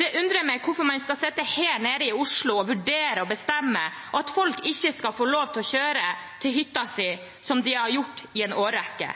Det undrer meg hvorfor man skal sitte her nede i Oslo og vurdere og bestemme, og at folk ikke skal få lov til å kjøre til hytta si, som de har gjort i en årrekke.